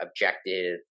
objective